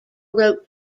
wrote